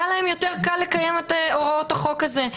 היה להן יותר קל לקיים את הוראות החוק הזה.